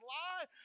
lie